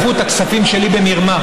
לקחו את הכספים שלי במרמה,